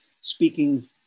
speaking